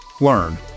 learn